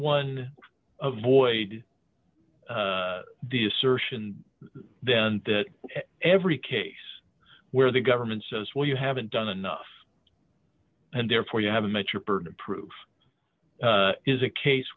boyd the assertion then that every case where the government says well you haven't done enough and therefore you haven't met your burden of proof is a case